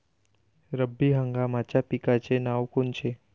रब्बी हंगामाच्या पिकाचे नावं कोनचे?